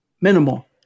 minimal